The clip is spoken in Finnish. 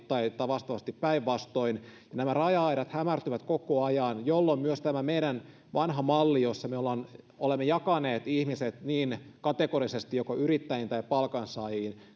vastaavasti päinvastoin nämä raja aidat hämärtyvät koko ajan jolloin myös tämä meidän vanha mallimme jossa me olemme olemme jakaneet ihmiset niin kategorisesti joko yrittäjiin tai palkansaajiin